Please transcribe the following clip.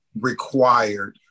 required